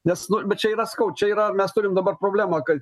nes nu bet čia yra sakau čia yra mes turim dabar problemą kad